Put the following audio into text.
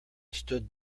stood